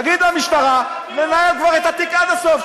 נגיד למשטרה לנהל כבר את התיק עד הסוף.